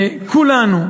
וכולנו,